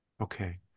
okay